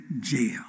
jail